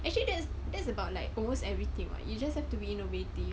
actually that's that's about like almost everything you just have to be innovative